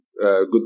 good